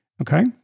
Okay